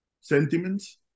sentiments